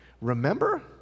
Remember